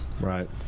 Right